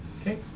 Okay